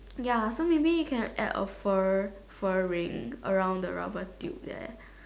ya so maybe you can add a fur fur ring around the rubber tube there